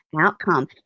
outcome